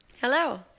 Hello